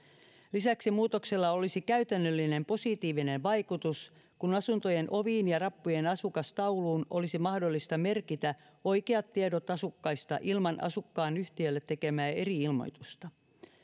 lisäksi muutoksella olisi käytännöllinen positiivinen vaikutus kun asuntojen oviin ja rappujen asukastauluun olisi mahdollista merkitä oikeat tiedot asukkaista ilman asukkaan yhtiölle tekemää eri ilmoitusta